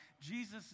Jesus